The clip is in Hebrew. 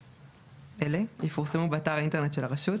אלה יפורסמו באתר האינטרנט של הרשות.